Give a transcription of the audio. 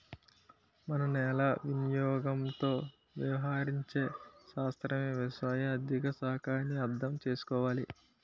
మన నేల వినియోగంతో వ్యవహరించే శాస్త్రమే వ్యవసాయ ఆర్థిక శాఖ అని అర్థం చేసుకోవాలి